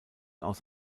aus